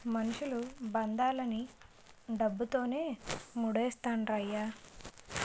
మనుషులు బంధాలన్నీ డబ్బుతోనే మూడేత్తండ్రయ్య